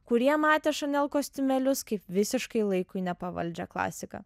kurie matė chanel kostiumėlius kaip visiškai laikui nepavaldžią klasiką